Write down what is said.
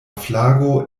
flago